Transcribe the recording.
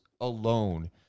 alone